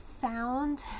sound